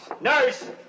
Nurse